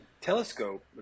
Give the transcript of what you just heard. telescope